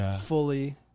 fully